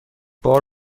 بار